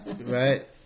right